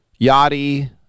Yachty